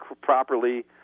properly